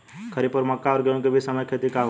खरीफ और मक्का और गेंहू के बीच के समय खेती ठीक होला?